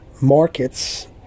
markets